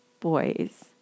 boys